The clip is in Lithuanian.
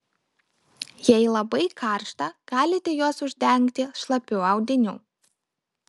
jei labai karšta galite juos uždengti šlapiu audiniu